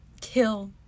Kill